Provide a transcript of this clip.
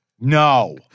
No